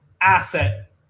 asset